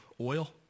oil